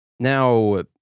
Now